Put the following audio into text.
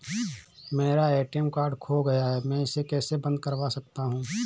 मेरा ATM card खो गया है मैं इसे कैसे बंद करवा सकता हूँ?